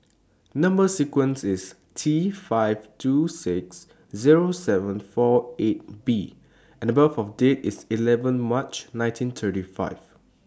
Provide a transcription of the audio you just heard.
Number sequence IS T five two six Zero seven four eight B and Date of birth IS eleven March nineteen thirty five